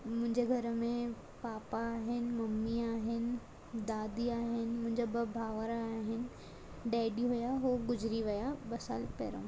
मुंहिंजे घर में पापा आहिनि मम्मी आहिनि दादी आहिनि मुंहिंजा ॿ भाउर आहिनि डैडी हुया हो गुज़िरी विया ॿ साल पहिरियों